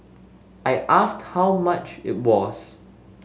I asked how much it was